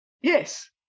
Yes